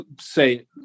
say